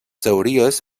teories